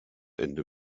ende